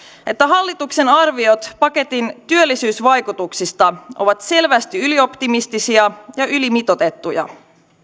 että hallituksen arviot paketin työllisyysvaikutuksista ovat selvästi ylioptimistisia ja ylimitoitettuja